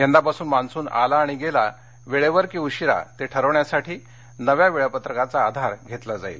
यंदापासून monsoon ाला ाणि गेला वेळेवर की उशीरा ते ठरवण्यासाठी नव्या वेळापत्रकाचा ाधार घेतला जाईल